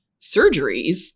surgeries